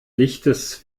lichtes